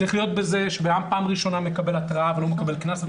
צריך שבפעם הראשונה הוא יקבל התרעה ולא קנס.